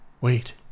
wait